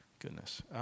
Goodness